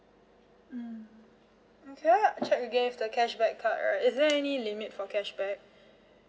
mm okay I check with the cashback card right is there any limit for cashback